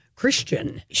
Christian